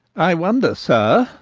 i wonder, sir,